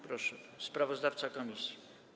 Proszę, sprawozdawca komisji.